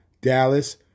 Dallas